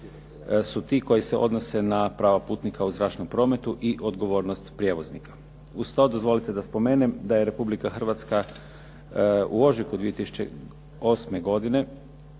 su ti koji se odnose na prava putnika u zračnom prometu i odgovornost prijevoznika. Uz to dozvolite da spomenem da je Republika Hrvatska u ožujku 2008. godine,